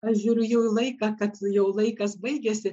aš žiūriu jau į laiką kad jau laikas baigiasi